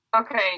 Okay